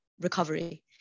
recovery